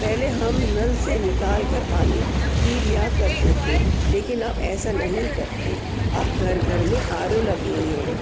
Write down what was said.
پہلے ہم نل سے نکال کر پانی پی لیا کرتے تھے لیکن اب ایسا نہیں کرتے اب گھر گھر میں آر او لگے ہیں